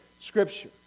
Scripture